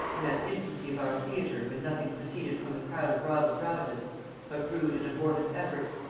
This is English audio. in that infancy of our theatre when nothing proceeded from the crowd of rival dramatists but rude and abortive efforts,